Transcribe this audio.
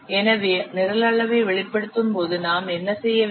எனவே நிரல் அளவை வெளிப்படுத்தும் போது நாம் என்ன செய்ய வேண்டும்